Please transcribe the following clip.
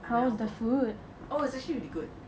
I went ORTO oh it is actually really good